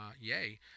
yay